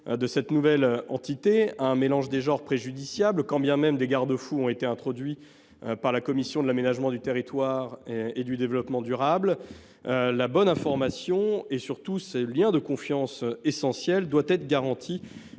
de cette nouvelle entité un mélange des genres préjudiciable, quand bien même des garde fous ont été introduits par la commission de l’aménagement du territoire et du développement durable. La bonne information et surtout l’essentiel lien de confiance doivent être garantis